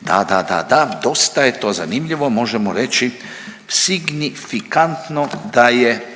Da, da, da, da, dosta je to zanimljivo, možemo reći signifikantno da je,